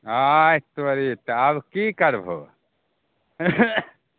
हाय तोरीके आब कि करभो